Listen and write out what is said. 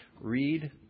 read